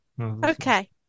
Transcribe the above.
Okay